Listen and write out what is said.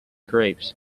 grapes